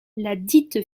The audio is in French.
ladite